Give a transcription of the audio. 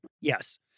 Yes